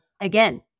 again